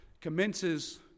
commences